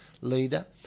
leader